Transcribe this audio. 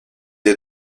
est